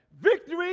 Victory